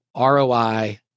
ROI